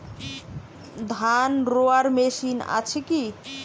ধান রোয়ার মেশিন আছে কি?